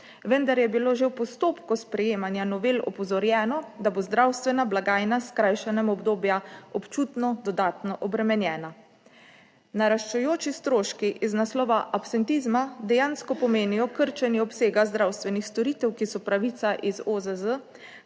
vendar je bilo že v postopku sprejemanja novel opozorjeno, da bo zdravstvena blagajna s krajšanjem obdobja občutno dodatno obremenjena. Naraščajoči stroški iz naslova absentizma dejansko pomenijo krčenje obsega zdravstvenih storitev, ki so pravica iz OZZ,